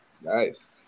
Nice